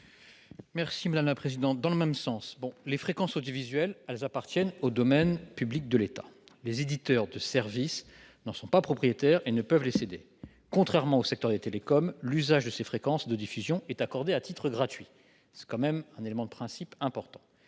Bargeton, pour présenter l'amendement n° 74. Les fréquences audiovisuelles appartiennent au domaine public de l'État. Les éditeurs de services n'en sont pas propriétaires et ne peuvent les céder. Contrairement au secteur des télécoms, l'usage de ces fréquences de diffusion est accordé à titre gratuit. Il s'agit là d'un élément de principe important.